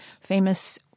famous